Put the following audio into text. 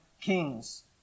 kings